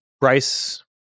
bryce